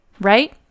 right